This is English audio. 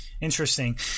interesting